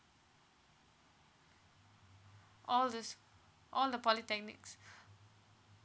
all the all the polytechnics